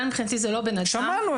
שמענו.